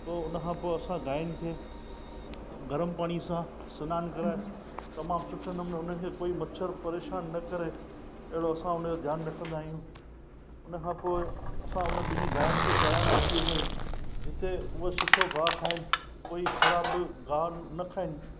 पोइ हुन खां पोइ असां गांइनि खे गर्म पाणीअ सां सनानु कराए तमामु सुठे नमूने हुनखे कोई मछर परेशानु न करे अहिड़ो असां हुनजो ध्यानु रखंदा आहियूं हुन खां पोइ असां हुन बिनि गांइनि खे चारण वठी वेंदा आहियूं जिते उहो सुठो गाहु खाइनि कोई ख़राबु गाहु न खाइनि